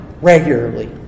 regularly